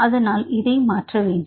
அதனால் இதை மாற்றவேண்டும்